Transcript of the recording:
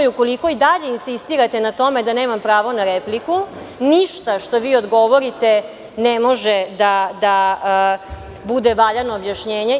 Ukoliko i dalje insistirate na tome da nemam pravo na repliku, ništa što vi odgovorite ne može da bude valjano objašnjenje.